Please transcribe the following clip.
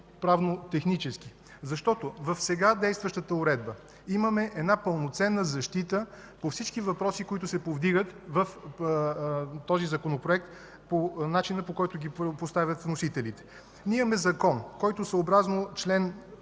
правно-технически? Защото в досега действащата уредба имаме пълноценна защита по всички въпроси, които се повдигат в Законопроекта по начина, по който ги поставят вносителите. Ние имаме Закон, който съобразно чл.